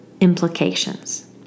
implications